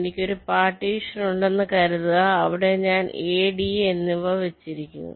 എനിക്കൊരു പാർട്ടീഷൻ ഉണ്ടെന്നു കരുതുക അവിടെ ഞാൻ A D എന്നിവ വച്ചിരിക്കുന്നു